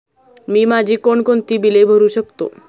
मी माझी कोणकोणती बिले भरू शकतो?